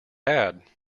had